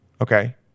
okay